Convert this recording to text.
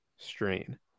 strain